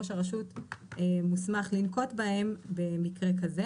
הראשות מוסמך לנקוט בהם במקרה כזה,